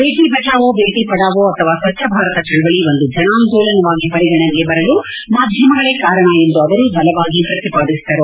ಭೇಟಿ ಬಚಾವೋ ಭೇಟಿ ಪಡಾವೋ ಅಥವಾ ಸ್ವಜ್ಞ ಭಾರತ ಚಳಚಳಿ ಒಂದು ಜನಾಂದೋಲನವಾಗಿ ಪರಿಗಣನೆಗೆ ಬರಲು ಮಾಧ್ಯಮಗಳೇ ಕಾರಣ ಎಂದು ಅವರು ಬಲವಾಗಿ ಪ್ರತಿಪಾದಿಸಿದರು